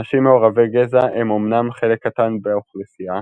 אנשים מעורבי גזע הם אמנם חלק קטן באוכלוסייה,